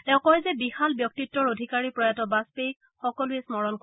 তেওঁ কয় যে বিশাল ব্যক্তিত্বৰ অধিকাৰী প্ৰয়াত বাজপেয়ীক সকলোৱে স্মৰণ কৰিব